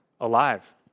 alive